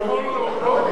אני יכול להודות?